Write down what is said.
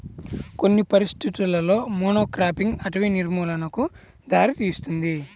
కొన్ని పరిస్థితులలో మోనోక్రాపింగ్ అటవీ నిర్మూలనకు దారితీస్తుంది